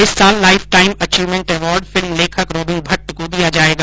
इस साल lifetime achievement award film लेखक रॉबिन भट्ट को दिया जायेगा